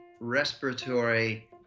respiratory